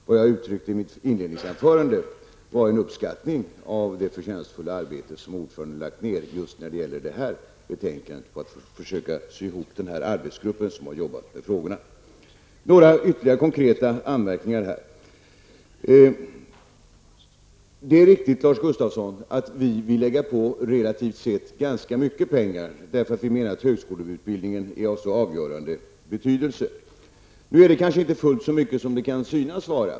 Vad jag uttryckte i mitt inledningsanförande var en uppskattning av det förtjänstfulla arbete som ordföranden har lagt ned på detta betänkande och för att försöka ''sy ihop'' den arbetsgrupp som har arbetat med de olika frågorna. Låt mig så framföra några konkreta anmärkningar. Det är riktigt, Lars Gustafsson, att vi vill lägga på relativt sett ganska mycket pengar. Vi anser nämligen att högskoleutbildningen är av avgörande betydelse. Nu är det kanske inte fullt så mycket pengar som det kan synas vara.